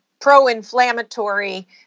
pro-inflammatory